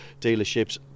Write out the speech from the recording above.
dealerships